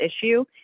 issue